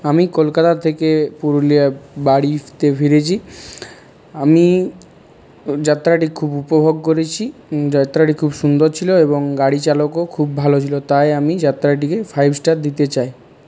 আমি কলকাতা থেকে পুরুলিয়া বাড়িতে ফিরেছি আমি যাত্রাটি খুব উপভোগ করেছি যাত্রাটি খুব সুন্দর ছিল এবং গাড়িচালকও খুব ভালো ছিল তাই আমি যাত্রাটিকে ফাইভ স্টার দিতে চাই